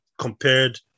compared